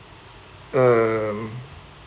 um